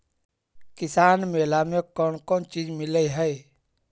किसान मेला मे कोन कोन चिज मिलै है?